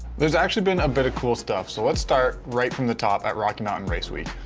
there's actually been a bit of cool stuff. so let's start right from the top at rocky mountain race week.